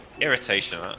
Irritation